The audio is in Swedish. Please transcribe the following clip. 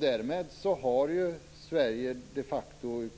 Därmed har Sverige de facto